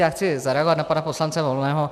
Já chci zareagovat na pana poslance Volného.